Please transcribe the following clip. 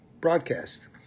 broadcast